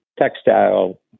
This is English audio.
textile